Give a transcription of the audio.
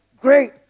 Great